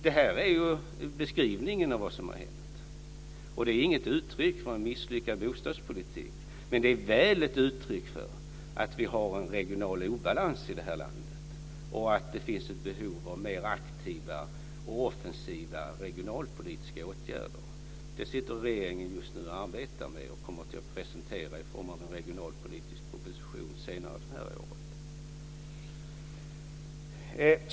Det här är en beskrivning av vad som hänt. Det är inget uttryck för en misslyckad bostadspolitik, men väl ett uttryck för att vi har en regional obalans i landet och att det finns ett behov av mer aktiva och offensiva regionalpolitiska åtgärder. Det sitter regeringen just nu och arbetar med och kommer att presentera det i form av en regionalpolitisk proposition under året.